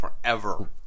forever